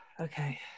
Okay